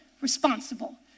responsible